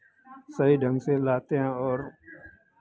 सही ढंग से लाते हैं और